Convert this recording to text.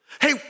Hey